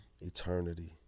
eternity